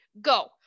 Go